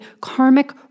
karmic